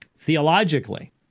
Theologically